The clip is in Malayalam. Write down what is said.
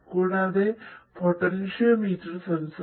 കൂടാതെ പൊട്ടൻഷിയോമീറ്റർ സെൻസറുകൾ